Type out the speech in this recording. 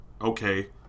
okay